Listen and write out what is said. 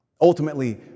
Ultimately